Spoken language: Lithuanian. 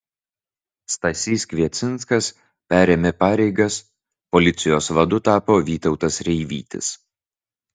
stasys kviecinskas perėmė pareigas policijos vadu tapo vytautas reivytis